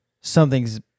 something's